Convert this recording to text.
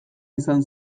izan